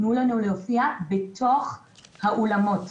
תנו לנו להופיע בתוך האולמות.